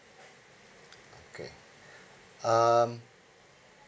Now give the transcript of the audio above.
okay um